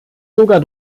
sogar